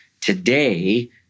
today